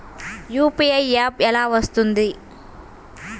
UPI app ఎలా వస్తుంది?